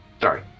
Sorry